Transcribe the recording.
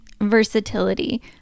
versatility